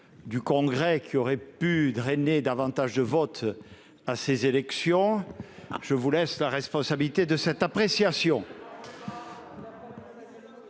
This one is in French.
du Congrès qui aurait pu drainer davantage de nos concitoyens à ces élections, je vous laisse la responsabilité de cette appréciation